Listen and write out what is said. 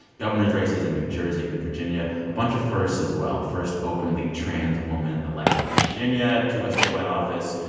governors races in new jersey and virginia. a bunch of firsts, as well. first openly trans woman elected in virginia to a statewide office.